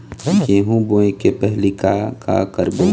गेहूं बोए के पहेली का का करबो?